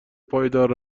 پایدار